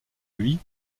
lui